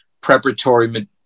preparatory